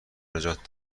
نجات